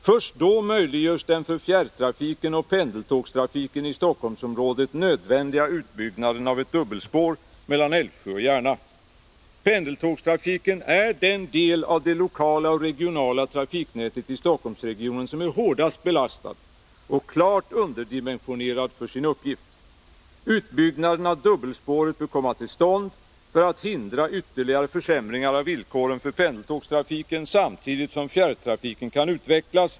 Först då möjliggörs den för fjärrtrafiken och pendeltågstrafiken i Stockholmsområdet nödvändiga utbyggnaden av ett dubbelspår mellan Älvsjö och Järna. Pendeltågstrafiken är den del av det lokala och regionala trafiknätet i Stockholmsregionen som är hårdast belastat och klart underdimensionerat för sin uppgift. Utbyggnaden av dubbelspåret bör komma till stånd för att hindra ytterligare försämring av villkoren för pendeltågstrafiken samtidigt som fjärrtrafiken kan utvecklas.